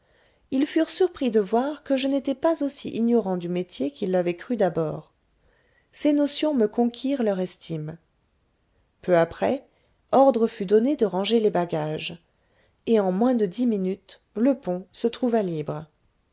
ils furent surpris de voir que je n'étais pas aussi ignorant du métier qu'ils l'avaient cru d'abord ces notions me conquirent leur estime peu après ordre fut donné de ranger les bagages et en moins de dix minutes le pont se trouva libre